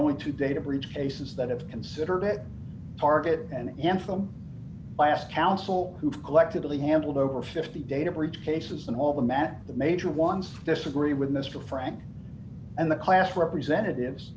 only two data breach cases that have considered it target and in from biased counsel who have collectively handled over fifty data breach cases and all the men the major ones disagree with mr franken and the class representatives